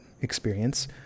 experience